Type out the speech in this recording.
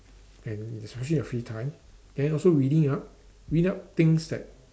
and in especially your free time and also reading up read up things that